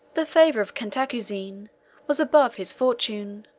the favor of cantacuzene was above his fortune.